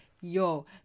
yo